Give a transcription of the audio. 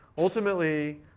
ultimately,